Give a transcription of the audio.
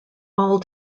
all